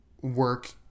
work